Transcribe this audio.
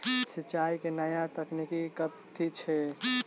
सिंचाई केँ नया तकनीक कथी छै?